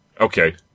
Okay